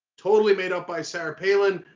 totally made up by sarah palin,